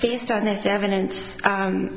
based on this evidence